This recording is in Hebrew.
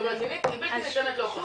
זאת אומרת היא בלתי ניתנת להוכחה,